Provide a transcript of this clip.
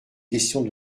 questions